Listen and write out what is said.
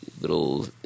little